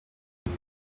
izi